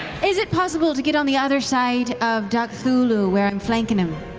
is it possible to get on the other side of duckthulhu, where i'm flanking him?